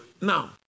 Now